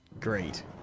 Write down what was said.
great